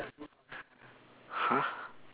!huh!